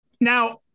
now